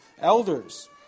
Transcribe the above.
elders